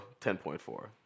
10.4